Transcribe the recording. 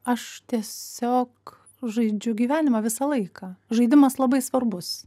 aš tiesiog žaidžiu gyvenimą visą laiką žaidimas labai svarbus